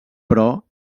però